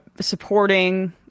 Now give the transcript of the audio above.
supporting